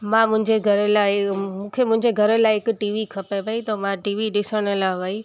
मां मुंहिंजे घर लाइ मूंखे मुंहिंजे घर लाइ हिकु टीवी खपे पई त हो मां टीवी ॾिसण लाइ वई